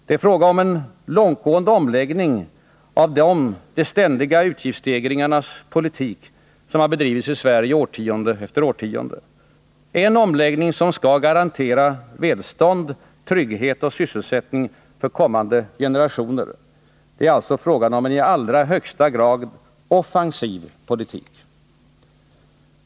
Det är fråga om en långtgående omläggning av den de ständiga utgiftsstegringarnas politik som har bedrivits i Sverige årtionde efter årtionde. Det är en omläggning som skall garantera välstånd, trygghet och sysselsättning för kommande generationer. Det är alltså en i allra högsta grad offensiv politik.